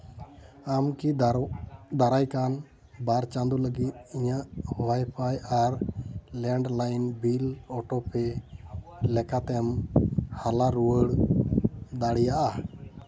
ᱟᱢ ᱠᱤ ᱫᱟᱨᱟᱭ ᱠᱟᱱ ᱵᱟᱨ ᱪᱟᱸᱫᱳ ᱞᱟᱹᱜᱤᱫ ᱤᱧᱟᱹᱜ ᱚᱣᱟᱭ ᱯᱷᱟᱭ ᱟᱨ ᱞᱮᱱᱰᱞᱟᱭᱤᱱ ᱵᱤᱞ ᱚᱴᱳ ᱯᱮ ᱞᱮᱠᱟᱛᱮᱢ ᱦᱟᱞᱟ ᱨᱩᱣᱟᱹᱲ ᱫᱟᱲᱮᱭᱟᱜᱼᱟ